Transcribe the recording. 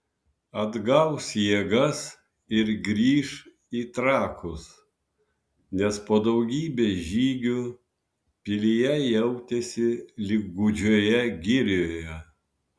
atgaus jėgas ir grįš į trakus nes po daugybės žygių pilyje jautėsi lyg gūdžioje girioje